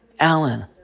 Alan